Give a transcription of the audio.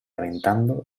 aventando